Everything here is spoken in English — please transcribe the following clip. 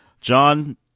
John